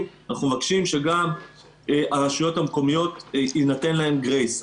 אנחנו מבקשים שגם לרשויות המקומיות יינתן גרייס.